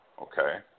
Okay